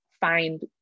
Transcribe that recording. find